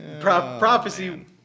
Prophecy